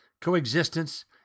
coexistence